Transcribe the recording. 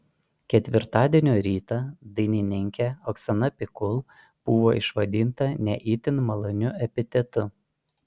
ketvirtadienio rytą dainininkė oksana pikul buvo išvadinta ne itin maloniu epitetu